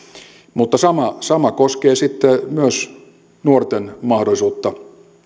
mutta sama sama koskee myös nuorten mahdollisuutta